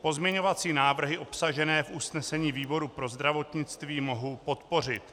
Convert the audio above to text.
Pozměňovací návrhy obsažené v usnesení výboru pro zdravotnictví mohu podpořit.